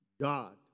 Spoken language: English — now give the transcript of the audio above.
God